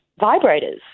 vibrators